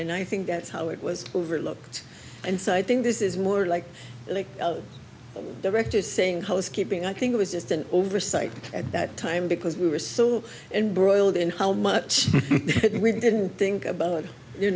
and i think that's how it was overlooked and so i think this is more like directors saying housekeeping i think it was just an oversight at that time because we were so and broiled in how much we didn't think about you